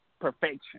perfection